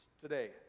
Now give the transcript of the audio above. today